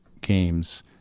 games